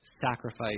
sacrifice